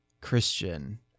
Christian